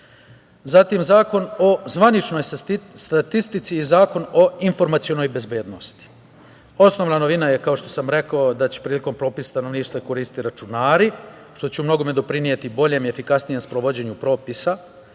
Zatim, Zakon o zvaničnoj statistici i Zakon o informacionoj bezbednosti. Osnovna novina je, kao što sam rekao, da će prilikom popisa stanovništva se koristiti računari, što će u mnogome doprineti boljem i efikasnijem sprovođenju propisa. Takođe,